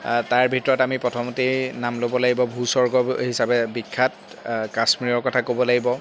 তাৰ ভিতৰত আমি প্ৰথমতেই নাম ল'ব লাগিব ভূস্বৰ্গ হিচাপে বিখ্যাত কাশ্মীৰৰ কথা ক'ব লাগিব